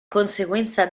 conseguenza